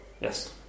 yes